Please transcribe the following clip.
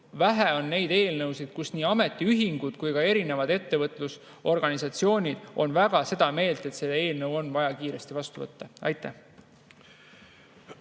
vähe on neid eelnõusid, kus nii ametiühingud kui ka ettevõtlusorganisatsioonid on väga seda meelt, et see eelnõu on vaja kiiresti vastu võtta. Nii,